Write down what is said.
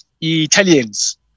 Italians